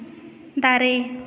ᱫᱟᱨᱮ